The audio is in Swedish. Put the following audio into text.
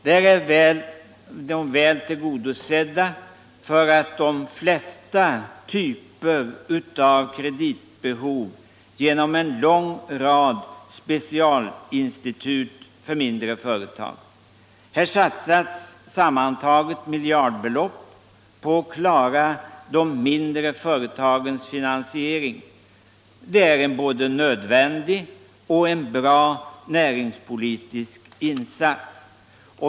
Där är de väl tillgodosedda för de flesta typer av kreditbehov genom en lång rad specialinstitut för mindre företag. Här satsas sammantaget miljardbelopp på att klara de mindre företagens finansiering. Det är en både nödvändig och bra näringspolitisk insats.